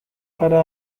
gara